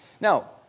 Now